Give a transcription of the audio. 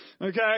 Okay